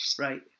Right